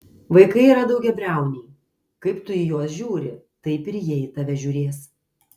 vaikai yra daugiabriauniai kaip tu į juos žiūri taip ir jie į tave žiūrės